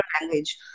language